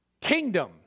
Kingdom